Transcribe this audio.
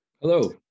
Hello